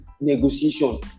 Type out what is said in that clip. negotiation